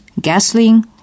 gasoline